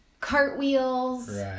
cartwheels